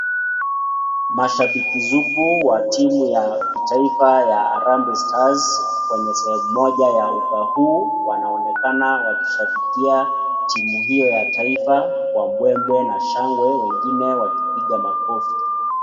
Mahabiki sugu wa timu ya kitaifa ya harambe stars kwenye sehemu moja ya ugaa huu inaonekana wakishabikia timu hiyo ya taifa kwa mbwe mbwe na shangwe wengine wakioiga makofi.